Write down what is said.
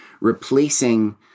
replacing